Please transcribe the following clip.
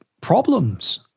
problems